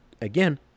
again